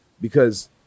Because-